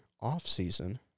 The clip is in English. off-season